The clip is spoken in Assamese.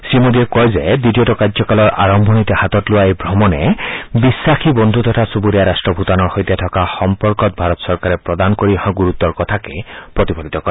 শ্ৰীমোদীয়ে কয় যে দ্বিতীয়টো কাৰ্যকালৰ আৰম্ভণিতে হাতত লোৱা এই ভ্ৰমণে বিখাসী বদ্ধ তথা চুবুৰীয়া ৰট্ট ভূটানৰ সৈতে থকা সম্পৰ্কত চৰকাৰে প্ৰদান কৰি অহা গুৰুত্বৰ কথাকে প্ৰতিফলিত কৰে